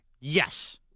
Yes